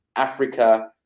Africa